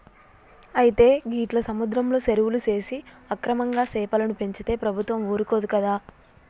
అయితే గీట్ల సముద్రంలో సెరువులు సేసి అక్రమంగా సెపలను పెంచితే ప్రభుత్వం ఊరుకోదు కదా